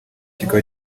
kikaba